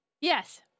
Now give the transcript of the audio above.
Yes